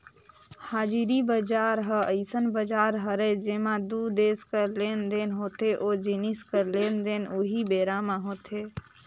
हाजिरी बजार ह अइसन बजार हरय जेंमा दू देस कर लेन देन होथे ओ जिनिस कर लेन देन उहीं बेरा म होथे